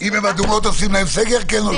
אם הן אדומות עושים להן סגר, כן או לא?